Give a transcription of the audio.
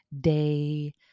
day